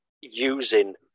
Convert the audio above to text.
using